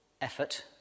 effort